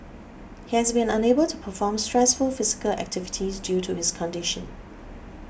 he has been unable to perform stressful physical activities due to his condition